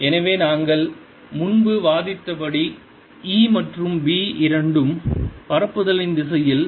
எனவே நாங்கள் முன்பு வாதிட்டபடி E மற்றும் B இரண்டும் பரப்புதலின் திசையில் செங்குத்தாக உள்ளன